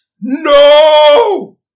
No